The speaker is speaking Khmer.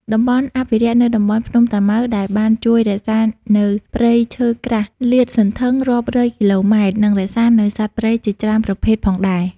តំបន់អភិរក្សនៅតំបន់ភ្នំតាម៉ៅដែលបានជួយរក្សានៅព្រៃឈើក្រាស់សាតសន្ធឹងរាប់រយគីឡូម៉ែត្រ និងរក្សានៅសត្វព្រៃជាច្រើនប្រភេទផងដែរ។